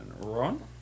run